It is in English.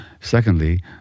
Secondly